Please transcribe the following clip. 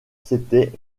s’étaient